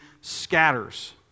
scatters